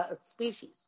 species